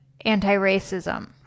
anti-racism